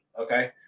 Okay